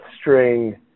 string